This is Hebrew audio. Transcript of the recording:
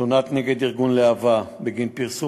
תלונה נגד ארגון להב"ה בגין פרסום